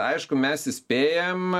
aišku mes įspėjam